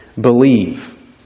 believe